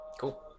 Cool